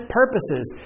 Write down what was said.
purposes